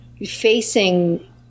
facing